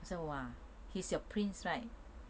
so ah he's your prince right